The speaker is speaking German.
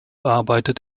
arbeitet